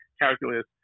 calculus